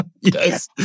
Yes